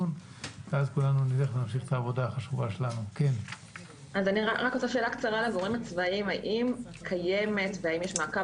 אני מבקשת לשאול שאלה קצרה לגורמים הצבאיים האם קיימת ואם יש מעקב